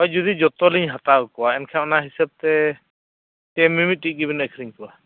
ᱦᱳᱭ ᱡᱩᱫᱤ ᱡᱚᱛᱚᱞᱤᱧ ᱦᱟᱛᱟᱣ ᱠᱚᱣᱟ ᱮᱱᱠᱷᱟᱱ ᱚᱱᱟ ᱦᱤᱥᱟᱹᱵᱛᱮ ᱥᱮ ᱢᱤᱢᱤᱫᱴᱤᱡ ᱜᱮᱵᱤᱱ ᱟᱹᱠᱷᱨᱤᱧ ᱠᱚᱣᱟ